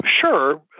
sure